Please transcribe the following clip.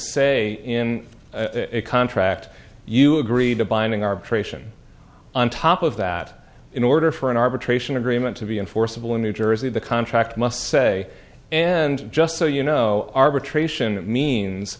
say in a contract you agreed to binding arbitration on top of that in order for an arbitration agreement to be enforceable in new jersey the contract must say and just so you know arbitration